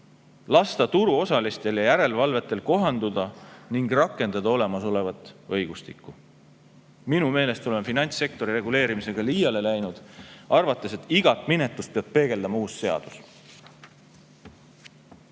lasta turuosalistel ja järelevalvetel kohanduda ning rakendada olemasolevat õigustikku. Minu meelest oleme finantssektori reguleerimisega liiale läinud, arvates, et iga menetlust peab peegeldama uus seadus.